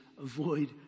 avoid